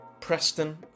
Preston